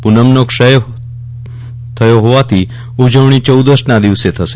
પુનમનો ક્ષય થતો હોવાથી ઉજવણી યૌદશના દિવસે થશે